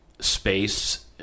space